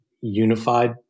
unified